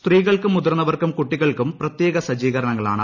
സ്ത്രീകൾക്കും മുതിർന്നവർക്കും കുട്ടികൾക്കും പ്രത്യേക സജ്ജീകരണങ്ങളാണ്